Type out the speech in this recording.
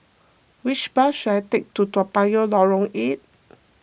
which bus should I take to Toa Payoh Lorong eight